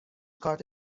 کارت